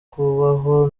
kubaho